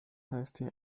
haustier